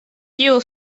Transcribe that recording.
kiu